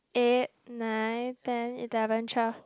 eight nine ten eleven twelve